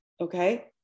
Okay